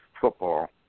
football